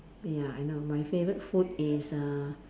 ya I know my favourite food is uh